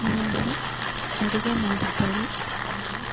ನಾನು ಅಡುಗೆ ಮಾಡಿದ್ದಲ್ಲಿ ಅದು